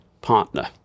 partner